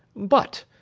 but,